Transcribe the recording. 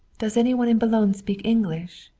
does any one in boulogne speak english?